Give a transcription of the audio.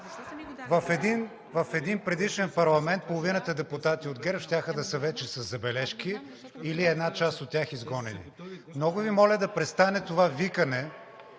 в един предишен парламент половината депутати от ГЕРБ щяха да са вече със забележки или една част от тях изгонени. Много Ви моля да престанете с това викане